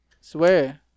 Swear